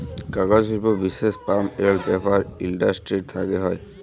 কাগজ শিল্প বিশেষ পাল্প এল্ড পেপার ইলডাসটিরি থ্যাকে হ্যয়